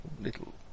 little